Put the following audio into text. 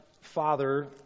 Father